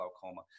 glaucoma